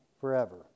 forever